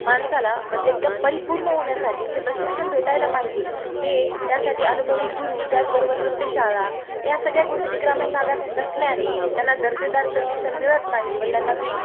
माणसाला म्हणजे एकदम परिपूर्ण होण्यासाठी जे प्रशिक्षण भेटायला पाहिजे ते त्यासाठी अनुभवी गुरू त्याचबरोबर नृत्यशाळा या सगळ्या गोष्टी ग्रामीण भागात नसल्याने त्यांना दर्जेदार प्रशिक्षण मिळत नाही व त्यांना ती